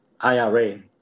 IRA